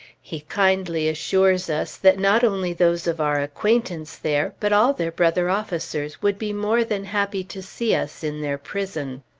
he kindly assures us that not only those of our acquaintance there, but all their brother officers, would be more than happy to see us in their prison.